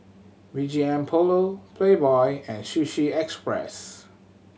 B G M Polo Playboy and Sushi Express